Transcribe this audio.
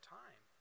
time